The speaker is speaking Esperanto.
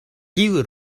kiu